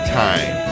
time